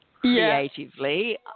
creatively